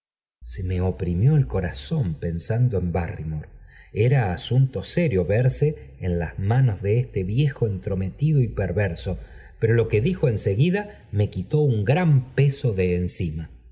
se me oprimió el corazón pensando en barryroóre era ítóunto serio verse en las manos de este v yíejo entxojetido y perverso pero lo que dijo en seguida me quitó un gran peso de encima